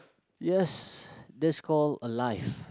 yes that's call alive